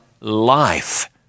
life